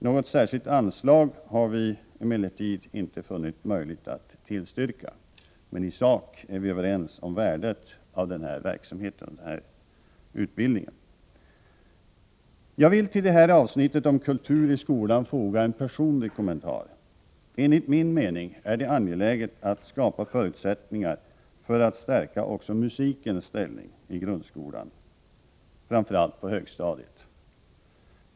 Något särskilt anslag har vi emellertid inte funnit möjligt att tillstyrka, men i sak är vi överens om värdet av den här utbildningen. Jag vill till detta avsnitt om kultur i skolan foga en personlig kommentar. Enligt min mening är det angeläget att skapa förutsättningar för att stärka också musikens ställning i grundskolan, framför allt på högstadiet.